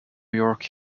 york